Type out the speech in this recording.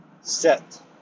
set